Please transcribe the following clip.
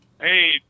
Hey